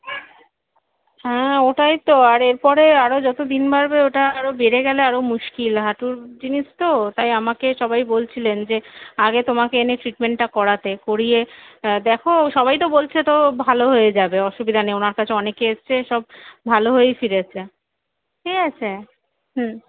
হ্যাঁ ওটাই তো আর এরপরে আরো যতো দিন বাড়বে ওটা আরো বেড়ে গেলে আরো মুশকিল হাঁটুর জিনিস তো তাই আমাকে সবাই বলছিলেন যে আগে তোমাকে এনে ট্রিটমেন্টটা করাতে করিয়ে দেখো সবাই তো বলছে তো ভালো হয়ে যাবে অসুবিধা নেই ওঁর কাছে অনেকে এসছে সব ভালো হয়েই ফিরেছে ঠিক আছে হুম